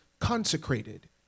consecrated